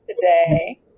today